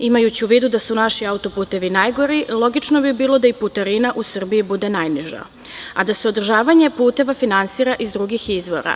Imajući u vidu da su naši auto-putevi najgori, logično bi bilo da i putarina u Srbiji bude najniža, a da se održavanje puteva finansira iz drugih izvora.